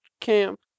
camp